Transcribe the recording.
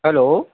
hello